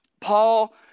Paul